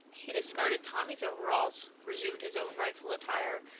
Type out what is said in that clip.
he discarded tommy's overalls, resumed his own rightful attire,